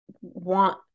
want